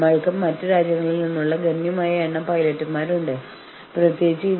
നമുക്കെല്ലാവർക്കും നമ്മുടെ കോപം ഉയരുന്നതായി തോന്നും